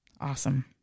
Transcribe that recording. Awesome